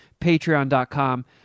Patreon.com